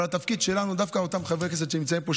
אבל התפקיד שלנו הוא דווקא אותם חברי כנסת שנמצאים פה,